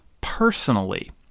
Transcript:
personally